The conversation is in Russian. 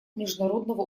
международного